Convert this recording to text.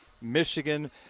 Michigan